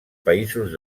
països